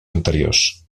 anteriors